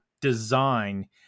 design